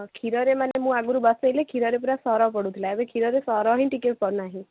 କ୍ଷୀରରେ ମାନେ ମୁଁ ଆଗରୁ ବସେଇଲେ କ୍ଷୀରରେ ପୁରା ସର ପଡ଼ୁଥିଲା ଏବେ କ୍ଷୀରରେ ସର ହିଁ ଟିକେ ନାହିଁ